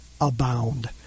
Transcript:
abound